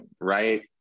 Right